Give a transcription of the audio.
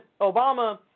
Obama